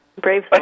Brave